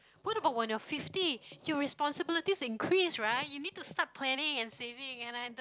what about when you're fifty your responsibilities increase right you need to start planning and saving and I'm the